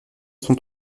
sont